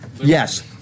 Yes